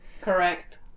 Correct